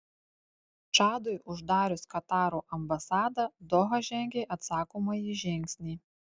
čadui uždarius kataro ambasadą doha žengė atsakomąjį žingsnį